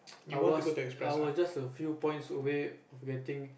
I was I was just a few points away of getting